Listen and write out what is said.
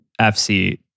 FC